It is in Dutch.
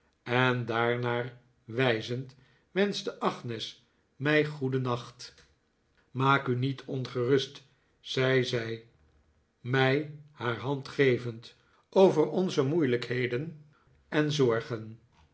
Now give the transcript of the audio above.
en daarnaar wijzend wenschte agnes mij goedennacht maak u niet ongerust zei zij mij haar hand gevend over onze moeilijkheden en zorgen